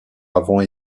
avant